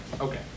Okay